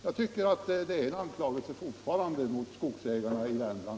Jag tycker fortfarande att herr Jonasson riktar en anklagelse mot skogsägarna i Värmland.